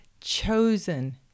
chosen